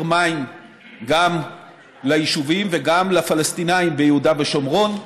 מים גם ליישובים וגם לפלסטינים ביהודה ושומרון,